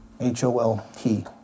H-O-L-T